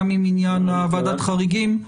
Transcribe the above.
גם עם עניין ועדת חריגים.